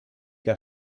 que